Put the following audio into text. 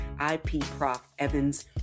IPProfEvans